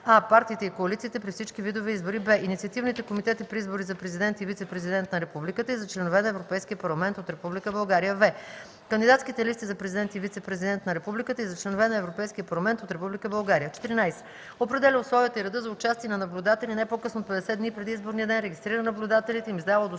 а) партиите и коалициите при всички видове избори; б) инициативните комитети при избори за президент и вицепрезидент на републиката и за членове на Европейския парламент от Република България; в) кандидатските листи за президент и вицепрезидент на републиката и за членове на Европейския парламент от Република България; 14. определя условията и реда за участие на наблюдатели не по-късно от 50 дни преди изборния ден, регистрира наблюдателите